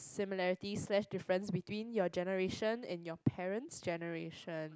similarity slash difference between your generation and your parents' generation